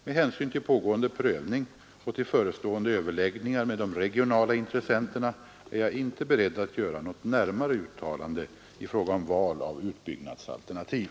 Med hänsyn till pågående prövning och till förestående överläggningar med de regionala intressenterna är jag inte beredd att göra något närmare uttalande i fråga om val av utbyggnadsalternativ.